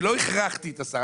אני לא הכרחתי את השר,